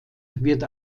wird